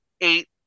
eight